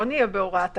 בהוראת הקבע,